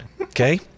Okay